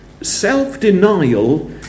self-denial